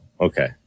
Okay